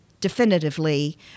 Definitively